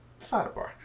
sidebar